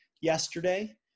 yesterday